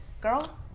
girl